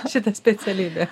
šitą specialybę